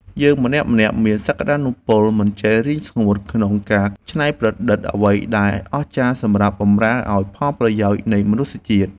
យើងម្នាក់ៗមានសក្តានុពលមិនចេះរីងស្ងួតក្នុងការច្នៃប្រឌិតអ្វីដែលអស្ចារ្យសម្រាប់បម្រើឱ្យផលប្រយោជន៍នៃមនុស្សជាតិ។